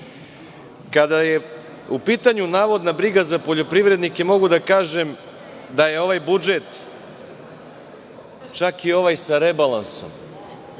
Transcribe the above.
je u pitanju navodna briga za poljoprivrednike, mogu da kažem da je ovaj budžet, čak i ovaj sa rebalansom